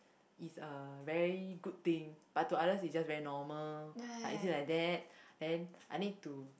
is a very good thing but to others it's just very normal like is it like that then I need to